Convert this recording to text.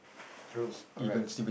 true correct